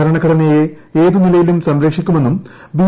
ഭരണഘടനയെ ഏതു നിലയിലും സംരക്ഷിക്കുമെന്നും ബി